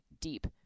deep